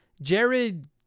Jared